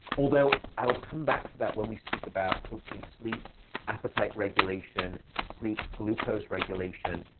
although i will come back to that when we speak about hopefully sleep appetite regulation, and sleep glucose regulation,